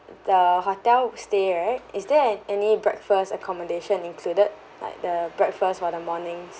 the hotel stay right is there any breakfast accommodation included like the breakfast for the mornings